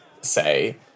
say